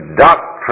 doctrine